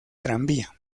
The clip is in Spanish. tranvía